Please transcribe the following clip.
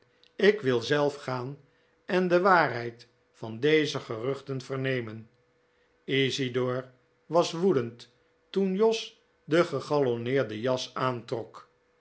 ik wil zelf gaan en de waarheid van deze geruchten vernemen isidor was woedend toen jos de gegallonneerde jas aantrok